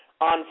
on